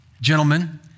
Gentlemen